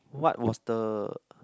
what was the